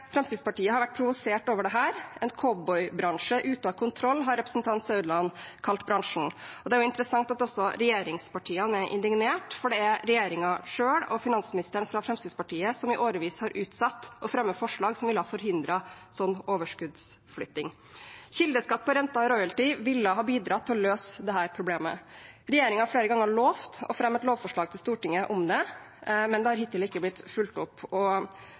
Fremskrittspartiet har vært provosert over dette. «En cowboybransje ute av kontroll», har representanten Saudland kalt bransjen. Det er interessant at også regjeringspartiene er indignert, for det er regjeringen selv, og finansministeren fra Fremskrittspartiet, som i årevis har utsatt å fremme forslag som ville ha forhindret slik overskuddsflytting. Kildeskatt på renter og royalties ville ha bidratt til å løse dette problemet. Regjeringen har flere ganger lovt å fremme et lovforslag til Stortinget om det, men det er hittil ikke blitt fulgt opp.